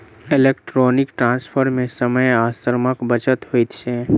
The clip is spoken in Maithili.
इलेक्ट्रौनीक ट्रांस्फर मे समय आ श्रमक बचत होइत छै